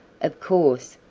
of course,